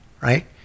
right